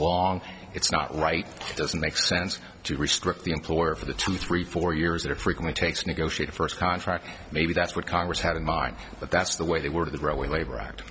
long it's not right it doesn't make sense to restrict the employer for the two three four years that are frequent takes negotiate a first contract maybe that's what congress had in mind but that's the way they were the railway labor act